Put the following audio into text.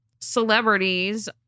celebrities